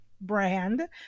brand